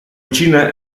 vicina